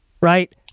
right